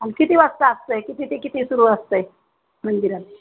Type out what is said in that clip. आणि किती वाजता असंतय किती ते किती सुरू असतं मंदिरात